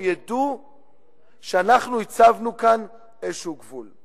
שידעו שאנחנו הצבנו כאן איזה גבול,